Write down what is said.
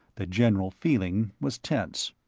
the general feeling was tense.